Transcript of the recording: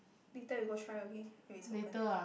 later we go try okay if it's open